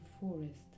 forest